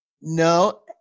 No